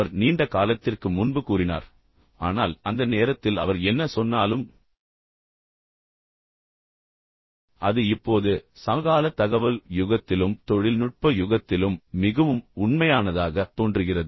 அவர் நீண்ட காலத்திற்கு முன்பு கூறினார் ஆனால் அந்த நேரத்தில் அவர் என்ன சொன்னாலும் அது இப்போது சமகால தகவல் யுகத்திலும் தொழில்நுட்ப யுகத்திலும் மிகவும் உண்மையானதாகத் தோன்றுகிறது